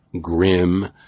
grim